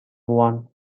one